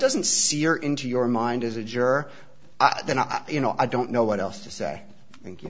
doesn't see your into your mind as a juror then i you know i don't know what else to say